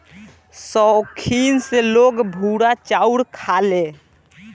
सौखीन से लोग भूरा चाउर खाले